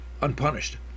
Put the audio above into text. unpunished